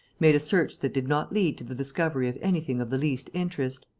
made a search that did not lead to the discovery of anything of the least interest.